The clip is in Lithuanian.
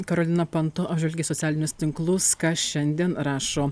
karolina panto apžvelgė socialinius tinklus ką šiandien rašo